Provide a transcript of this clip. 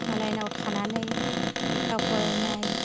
मालायनाव थानानै लेखा फरायनाय